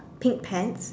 pink pants